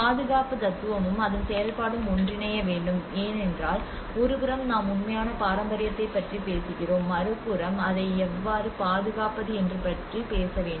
பாதுகாப்பு தத்துவமும் அதன் செயல்பாடும் ஒன்றிணைய வேண்டும் ஏனென்றால் ஒருபுறம் நாம் உண்மையான பாரம்பரியத்தைப் பற்றி பேசுகிறோம் மறுபுறம் அதை எவ்வாறு பாதுகாப்பது என்பது பற்றி பேச வேண்டும்